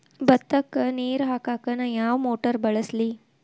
ಭತ್ತಕ್ಕ ನೇರ ಹಾಕಾಕ್ ನಾ ಯಾವ್ ಮೋಟರ್ ಬಳಸ್ಲಿ?